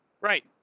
Right